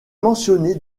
mentionnée